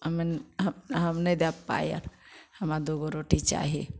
हमे हँ हँ नहि देब पाइ आर हमरा दू गो रोटी चाही